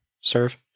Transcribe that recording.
serve